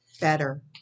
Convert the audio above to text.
better